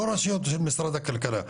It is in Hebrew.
לא רשויות של משרד הכלכלה,